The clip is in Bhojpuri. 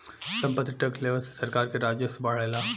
सम्पत्ति टैक्स लेवे से सरकार के राजस्व बढ़ेला